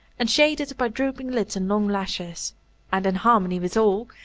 and shaded by drooping lids and long lashes and, in harmony with all,